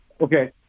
Okay